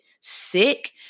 sick